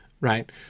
right